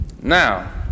Now